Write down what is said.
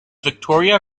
victoria